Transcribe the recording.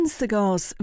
cigars